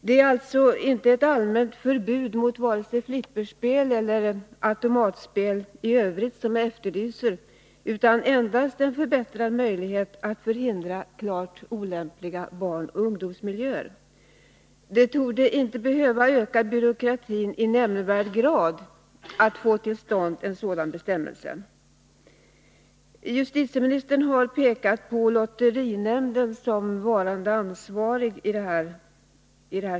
Det är alltså inte ett allmänt förbud mot vare sig flipperspel eller automatspel i övrigt som jag efterlyser utan endast en förbättrad möjlighet att förhindra klart olämpliga barnoch ungdomsmiljöer. Det torde inte behöva öka byråkratin i nämnvärd grad att få till stånd en sådan bestämmelse. Justitieministern har pekat på lotterinämnden såsom varande ansvarig.